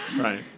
Right